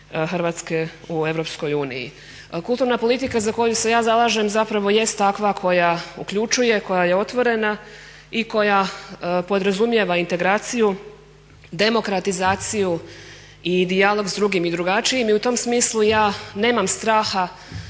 Hrvatske u EU. Kulturna politika za koju se ja zalažem zapravo jest takva koja uključuje, koja je otvorena i koja podrazumijeva integraciju, demokratizaciju i dijalog s drugim i drugačijim i u tom smislu ja nemam straha